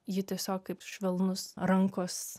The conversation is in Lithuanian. ji tiesiog kaip švelnus rankos